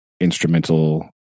instrumental